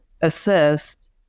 assist